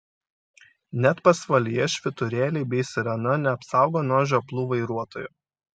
net pasvalyje švyturėliai bei sirena neapsaugo nuo žioplų vairuotojų